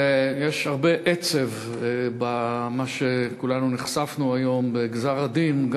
ויש הרבה עצב במה שכולנו נחשפנו אליו היום בגזר-הדין,